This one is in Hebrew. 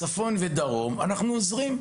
בצפון ובדרום, אנחנו עוזרים.